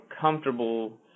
comfortable